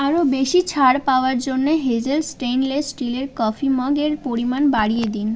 আরও বেশি ছাড় পাওয়ার জন্যে হেজেল স্টেনলেস স্টিলের কফি মাগের পরিমাণ বাড়িয়ে দিন